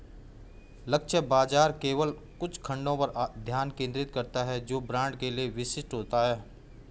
लक्ष्य बाजार केवल कुछ खंडों पर ध्यान केंद्रित करता है जो ब्रांड के लिए विशिष्ट होते हैं